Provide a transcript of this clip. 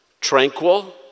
tranquil